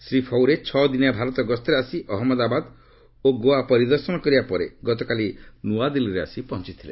ଶ୍ରୀ ଫଉରେ ଛଅ ଦିନିଆ ଭାରତ ଗସ୍ତରେ ଆସି ଅହମ୍ମଦାବାଦ ଓ ଗୋଆ ପରିଦର୍ଶନ କରିବା ପରେ ଗତକାଲି ନୂଆଦିଲ୍ଲୀରେ ଆସି ପହଞ୍ଚଥିଥିଲେ